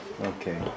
Okay